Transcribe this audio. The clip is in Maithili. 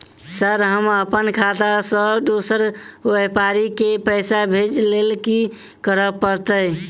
सर हम अप्पन खाता सऽ दोसर व्यापारी केँ पैसा भेजक लेल की करऽ पड़तै?